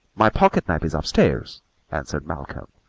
my pocket-knife is up-stairs answered malcolm.